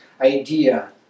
idea